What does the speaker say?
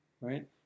right